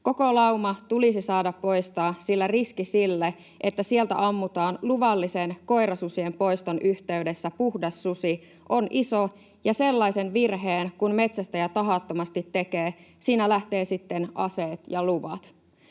Koko lauma tulisi saada poistaa, sillä riski on iso sille, että sieltä ammutaan puhdas susi luvallisen koirasusien poiston yhteydessä, ja kun sellaisen virheen metsästäjä tahattomasti tekee, niin siinä lähtevät sitten aseet ja luvat